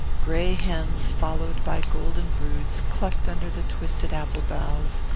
grey hens followed by golden broods clucked under the twisted apple-boughs,